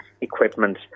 equipment